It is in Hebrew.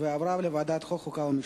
ועברה לוועדת החוקה, חוק ומשפט.